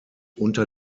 unter